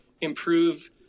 improve